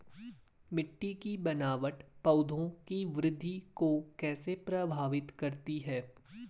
मिट्टी की बनावट पौधों की वृद्धि को कैसे प्रभावित करती है?